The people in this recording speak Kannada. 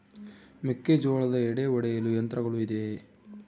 ಮೆಕ್ಕೆಜೋಳದ ಎಡೆ ಒಡೆಯಲು ಯಂತ್ರಗಳು ಇದೆಯೆ?